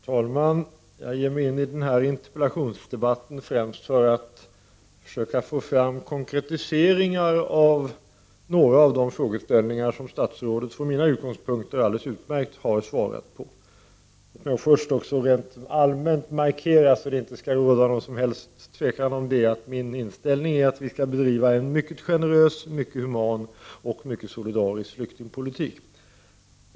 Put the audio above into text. Herr talman! Jag ger mig in i denna interpellationsdebatt främst för att försöka få fram konkretiseringar rörande några av de frågor som statsrådet, från mina utgångspunkter, har svarat alldeles utmärkt på. Låt mig först rent allmänt markera, så det inte skall råda något tvivel om det, att min inställning är att vi skall bedriva en mycket generös, human och solidarisk flyktingpolitik.